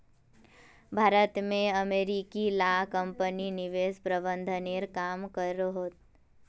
भारत में अमेरिकी ला कम्पनी निवेश प्रबंधनेर काम करोह